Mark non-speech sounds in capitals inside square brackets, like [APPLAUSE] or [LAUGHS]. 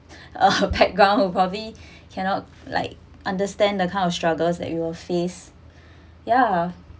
[LAUGHS] a background you probably cannot like understand the kind of struggles that you will face yeah